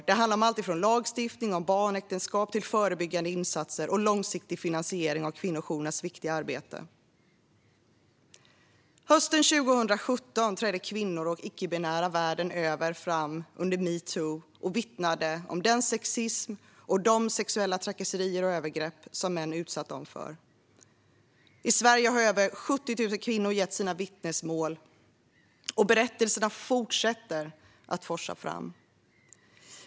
Det handlar om allt från lagstiftning om barnäktenskap till förebyggande insatser och långsiktig finansiering av kvinnojourernas viktiga arbete. Hösten 2017 trädde kvinnor och icke-binära världen över fram under metoo och vittnade om den sexism och de sexuella trakasserier och övergrepp som män utsatt dem för. I Sverige har över 70 000 kvinnor gett sina vittnesmål, och berättelserna fortsätter att forsa fram.